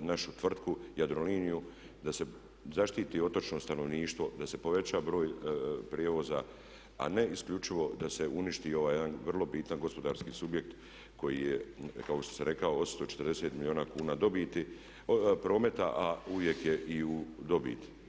našu tvrtku Jadroliniju, da se zaštiti otočno stanovništvo, da se poveća broj prijevoza a ne isključivo da se uništi ovaj jedan vrlo bitan gospodarski subjekt koji je kao što sam rekao 840 milijuna kuna prometa a uvijek je i u dobiti.